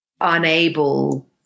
unable